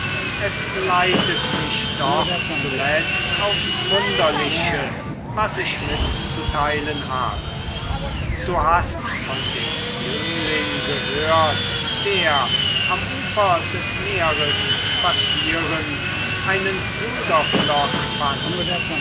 es leitet mich doch zuletzt aufs wunderliche was ich mitzuteilen habe du hast von dem jüngling gehört der am ufer des meeres spazierend einen ruderpflock fand